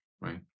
right